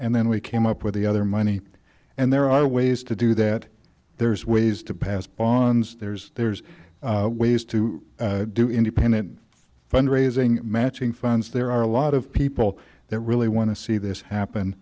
and then we came up with the other money and there are ways to do that there's ways to pass bonds there's there's ways to do independent fund raising matching funds there are a lot of people that really want to see this happen